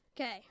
Okay